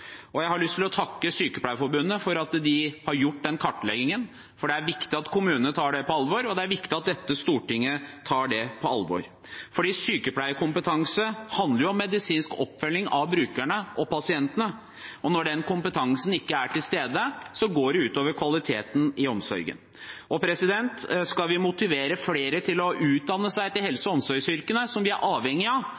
Jeg har lyst til å takke Sykepleierforbundet for at de har gjort den kartleggingen, for det er viktig at kommunene tar det på alvor, og det er viktig at dette stortinget tar det på alvor. For sykepleierkompetanse handler om medisinsk oppfølging av brukerne og pasientene, og når den kompetansen ikke er til stede, går det ut over kvaliteten i omsorgen. Vi skal motivere flere til å utdanne seg til helse-